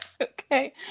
Okay